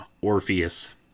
Orpheus